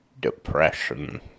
depression